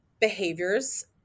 behaviors